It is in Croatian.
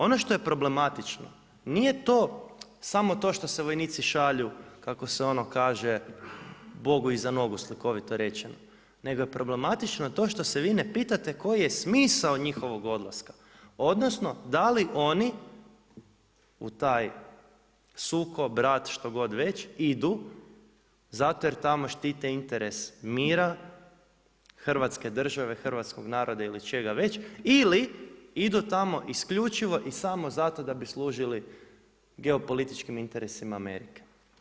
Ono što je problematično, nije to samo to što se vojnici šalju kako se onu kaže Bogu iza nogu slikovito rečeno, nego je problematično to što se vi ne pitate koji je smisao njihovog odlaska odnosno da li oni u taj sukob, rat što god već idu zato jer tamo štite interes mira, Hrvatske države, hrvatskog naroda ili čega već ili idu tamo isključivo i samo zato da bi služili geopolitičkim interesima Amerike.